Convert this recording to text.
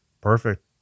Perfect